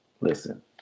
listen